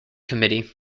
committee